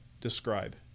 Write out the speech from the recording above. describe